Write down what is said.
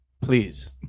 Please